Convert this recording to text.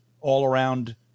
all-around –